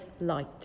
light